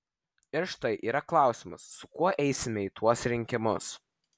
ir štai yra klausimas su kuo eisime į tuos rinkimus